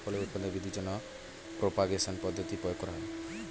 ফলের উৎপাদন বৃদ্ধির জন্য প্রপাগেশন পদ্ধতির প্রয়োগ করা হয়